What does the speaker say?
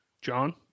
John